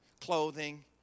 clothing